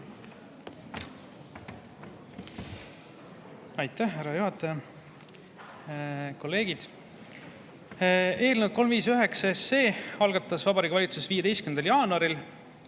Aitäh, härra juhataja! Kolleegid! Eelnõu 359 algatas Vabariigi Valitsus 15. jaanuaril.